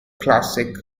classic